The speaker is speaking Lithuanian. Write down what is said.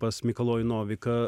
pas mikalojų noviką